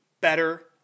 better